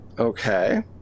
Okay